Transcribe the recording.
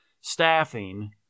staffing